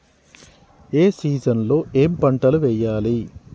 ఏ season లో ఏం పంటలు వెయ్యాలి?